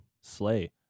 Slay